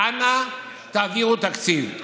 תקציב, אנא, תעבירו תקציב.